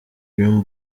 dream